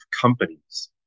companies